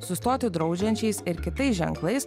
sustoti draudžiančiais ir kitais ženklais